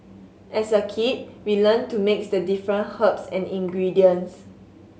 as a kid we learnt to mix the different herbs and ingredients